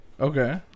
okay